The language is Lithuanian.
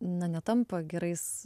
na netampa gerais